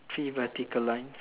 three vertical lines